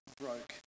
broke